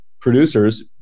producers